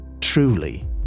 Truly